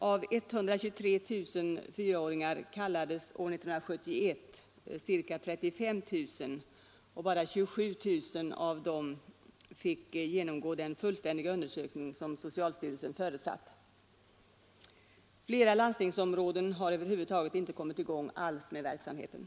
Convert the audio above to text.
Av 123 000 fyraåringar kallades år 1971 ca 35 000, och endast 27 000 fick genomgå den fullständiga undersökning som socialstyrelsen förutsatt. Flera landstingsområden har över huvud taget inte alls kommit i gång med verksamheten.